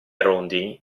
rondini